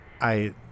I-